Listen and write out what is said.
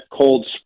cold